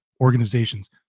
organizations